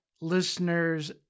listeners